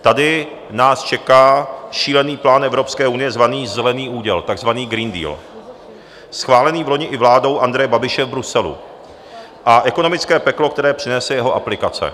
Tady nás čeká šílený plán Evropské unie zvaný Zelený úděl, takzvaný Green Deal, schválený vloni i vládou Andreje Babiše v Bruselu, a ekonomické peklo, které přinese jeho aplikace.